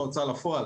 חוק ההוצאה לפועל,